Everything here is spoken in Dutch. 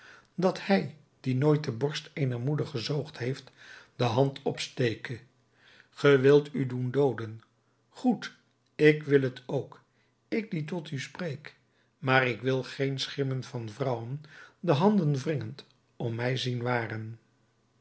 dat hij die nooit de borst eener moeder gezoogd heeft de hand opsteke ge wilt u doen dooden goed ik wil t ook ik die tot u spreek maar ik wil geen schimmen van vrouwen de handen wringend om mij zien waren